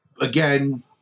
again